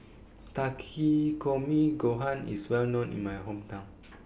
Takikomi Gohan IS Well known in My Hometown